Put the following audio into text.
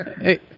Hey